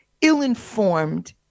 ill-informed